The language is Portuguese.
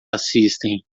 assistem